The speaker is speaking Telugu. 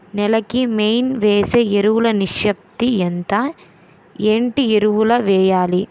నేల కి మెయిన్ వేసే ఎరువులు నిష్పత్తి ఎంత? ఏంటి ఎరువుల వేయాలి?